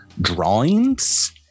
drawings